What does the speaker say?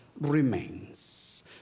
remains